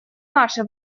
наше